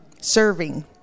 serving